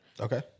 Okay